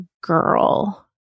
girl